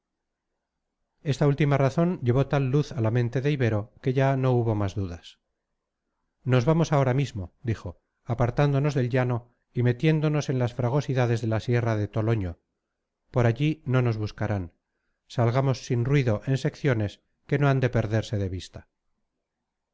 esta última razón llevó tal luz a la mente de ibero que ya no hubo más dudas nos vamos ahora mismo dijo apartándonos del llano y metiéndonos en las fragosidades de la sierra de toloño por allí no nos buscarán salgamos sin ruido en secciones que no han de perderse de vista